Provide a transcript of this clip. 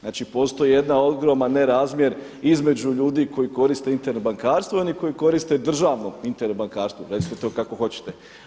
Znači postoji jedan ogroman nerazmjer između ljudi koji koriste Internet bankarstvo i oni koji koriste državno Internet bankarstvo, recite to kako hoćete.